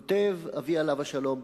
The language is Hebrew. כותב אבי עליו השלום בספרו: